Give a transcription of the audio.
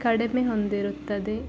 ಕಡಿಮೆ ಹೊಂದಿರುತ್ತದೆ